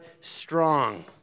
strong